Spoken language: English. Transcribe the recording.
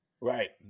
Right